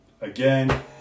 again